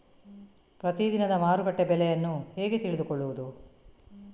ಪ್ರತಿದಿನದ ಮಾರುಕಟ್ಟೆ ಬೆಲೆಯನ್ನು ಹೇಗೆ ತಿಳಿದುಕೊಳ್ಳುವುದು?